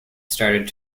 started